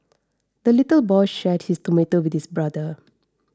the little boy shared his tomato with his brother